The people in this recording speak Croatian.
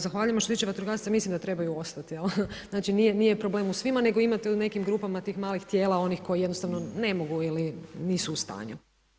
Zahvaljujem što se tiče vatrogasaca, mislim da trebaju ostati, znači nije problem u svima, nego imate u nekim grupama tih malih tijela onih koji jednostavno ne mogu ili nisu u stanju.